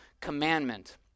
commandment